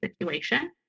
situation